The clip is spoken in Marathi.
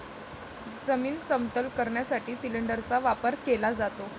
जमीन समतल करण्यासाठी सिलिंडरचा वापर केला जातो